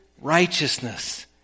righteousness